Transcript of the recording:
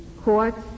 courts